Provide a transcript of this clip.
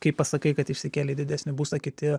kai pasakai kad išsikėlei į didesnį būstą kiti